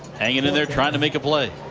and you know they're trying to make a play.